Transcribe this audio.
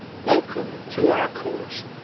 welcome to our court.